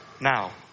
Now